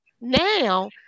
now